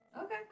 okay